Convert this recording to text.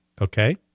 Okay